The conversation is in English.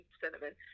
cinnamon